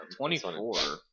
24